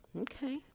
Okay